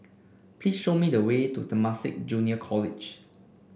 please show me the way to Temasek Junior College